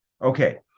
Okay